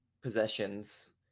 possessions